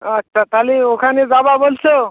আচ্ছা তাহলে ওখানে যাবে বলছো